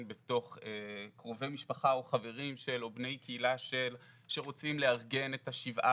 בתוך קרובי משפחה או חברים של או בני קהילה של שרוצים לארגן את השבעה,